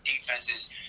defenses